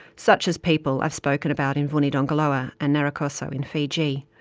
such as people i've spoken about in vunidogoloa and narikoso in fiji.